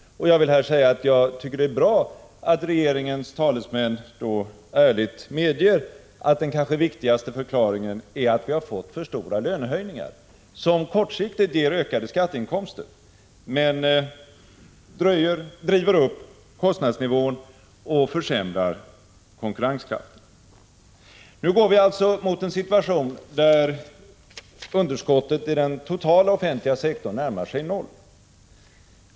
Jag vill här säga att jag tycker att det är bra att regeringens talesmän ärligt medger att den kanske viktigaste förklaringen är att vi har fått för stora lönehöjningar, som kortsiktigt ger ökade skatteinkomster men driver upp kostnadsnivån och försämrar konkurrenskraften. Nu går vi alltså mot en situation där underskottet i den totala offentliga sektorn närmar sig noll.